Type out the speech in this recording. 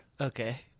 Okay